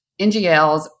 NGLs